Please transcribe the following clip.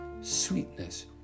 sweetness